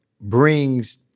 brings